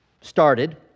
started